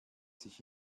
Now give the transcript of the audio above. sich